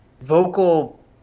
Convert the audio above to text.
vocal